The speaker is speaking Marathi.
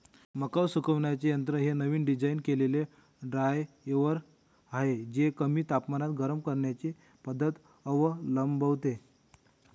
मका सुकवण्याचे यंत्र हे नवीन डिझाइन केलेले ड्रायर आहे जे कमी तापमानात गरम करण्याची पद्धत अवलंबते